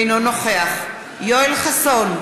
אינו נוכח יואל חסון,